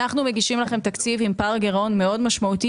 אנחנו מגישים לכם תקציב עם פער גירעון מאוד משמעותי